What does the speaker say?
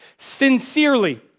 sincerely